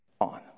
on